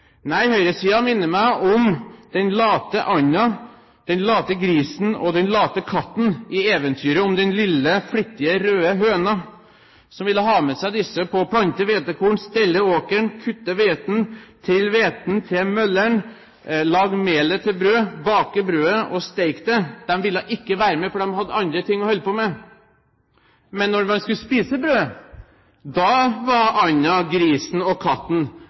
Nei, høyresiden minner meg om den late anda, den late grisen og den late katten i eventyret om den lille, flittige, røde høna som ville ha med seg disse på å plante hvetekorn, stelle åkeren, kutte hveten, ta hveten til mølleren, lage melet til brød, bake brødet og steke det. De ville ikke være med, for de hadde andre ting å holde på med. Men da man skulle spise brødet, var anda, grisen og katten